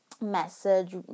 message